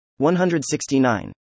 169